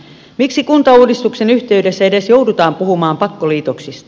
miksi kuntauudistuksen yhteydessä edes joudutaan puhumaan pakkoliitoksista